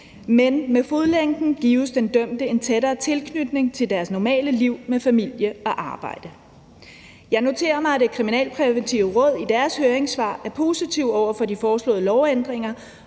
men med fodlænken gives den dømte en tættere tilknytning til vedkommendes normale liv med familie og arbejde. Jeg noterer mig, at Det Kriminalpræventive Råd i deres høringssvar er positive over for de foreslåede lovændringer